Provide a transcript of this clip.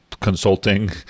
consulting